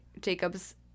Jacob's